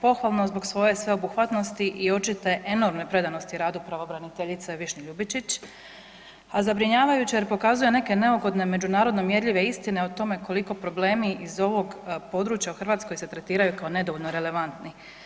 Pohvalno zbog svoje sveobuhvatnosti i očite enormne predanosti radu pravobraniteljice Višnje Ljubičić, a zabrinjavajuće jer pokazuje neke neugodne međunarodno mjerljive istine o tome koliko problemi iz ovog područja u Hrvatskoj se tretiraju kao nedovoljno relevantni.